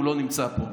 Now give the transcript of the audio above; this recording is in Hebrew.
והוא לא נמצא פה.